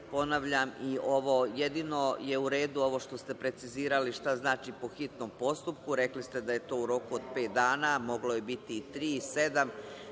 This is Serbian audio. organ. Ponavljam, jedino je u redu ovo što ste precizirali šta znači po hitnom postupku, rekli ste da je to u roku od pet dana, moglo je biti i tri,